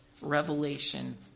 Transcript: revelation